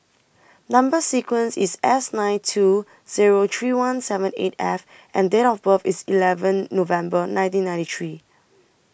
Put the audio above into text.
Number sequence IS S nine two Zero three one seven eight F and Date of birth IS eleven November nineteen ninety three